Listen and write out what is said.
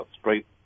straight